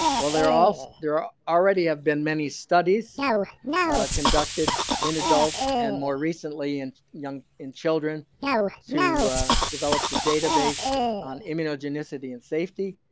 well, they're all there ah already have been many studies conducted in adults and more recently in young in children to develop the database on immunogenicity and safety,